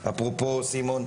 אפרופו סימון.